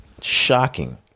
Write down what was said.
shocking